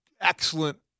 Excellent